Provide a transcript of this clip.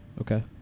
Okay